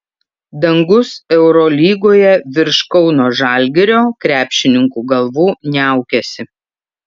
dangus eurolygoje virš kauno žalgirio krepšininkų galvų niaukiasi